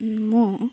ମୁଁ